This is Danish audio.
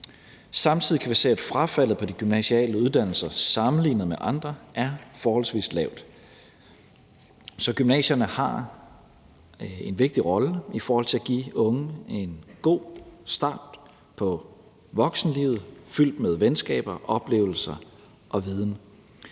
Samtidig kan vi se, at frafaldet på de gymnasiale uddannelser sammenlignet med andre er forholdsvis lavt. Så gymnasierne spiller en vigtig rolle i forhold til at give unge en god start på voksenlivet fyldt med venskaber, oplevelser og viden.